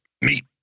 meat